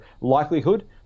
likelihood